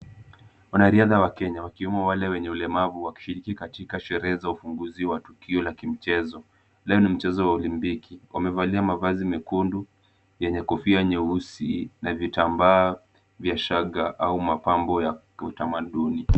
Wanariadha wa Kenya wakiwemo wale wenye ulemavu wakishiriki katika sherehe za uvumbuzi wa tukio la kimchezo. Leo ni mchezo wa olimpiki. Wamevalia mavazi mekundu yenye kofia nyeusi na vitambaa vya shanga au mapambo ya kiutamaduni.